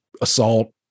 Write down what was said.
assault